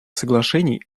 соглашений